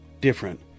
different